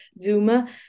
Duma